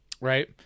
right